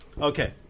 Okay